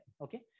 okay